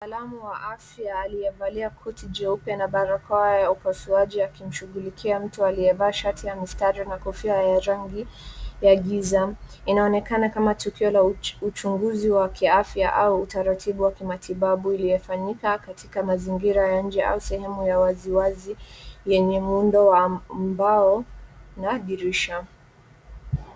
Mtaalamu wa afya aliyevalia koti jeupe na barakoa ya upasuaji akimshughulikia mtu aliyevaa shati ya mistari na kofia ya rangi ya giza. Inaonekana kama tukio la uchunguzi wa kiafya au utaratibu wa kimatibabu iliyofanyika katika mazingira ya nje au sehemu ya waziwazi yenye muundo wa mbao na dirisha.